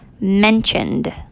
Mentioned